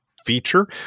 feature